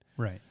Right